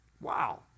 Wow